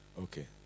Okay